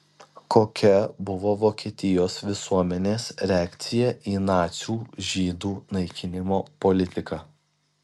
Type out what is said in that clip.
kokia buvo vokietijos visuomenės reakcija į nacių žydų naikinimo politiką